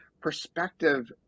perspective